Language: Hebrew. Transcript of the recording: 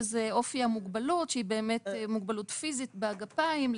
שזה אופי המוגבלות שהיא באמת מוגבלות פיזית בגפיים,